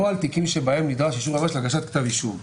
או על תיקים שבהם נדרש אישור יועמ"ש להגשת כתב אישום.